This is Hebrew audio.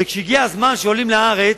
וכשהגיע הזמן שעולים לארץ,